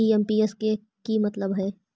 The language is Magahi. आई.एम.पी.एस के कि मतलब है?